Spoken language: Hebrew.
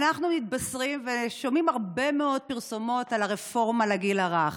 אנחנו מתבשרים ושומעים הרבה מאוד פרסומות על הרפורמה לגיל הרך.